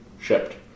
shipped